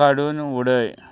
काडून उडय